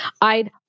I'd